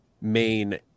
main